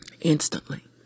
Instantly